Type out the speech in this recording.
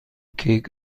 کیک